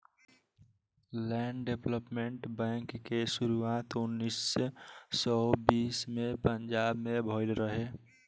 land development bank के शुरुआत उन्नीस सौ बीस में पंजाब में भईल रहे